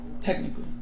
Technically